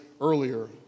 earlier